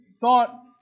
thought